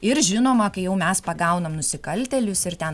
ir žinoma kai jau mes pagaunam nusikaltėlius ir ten